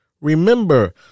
Remember